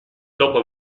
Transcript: dopo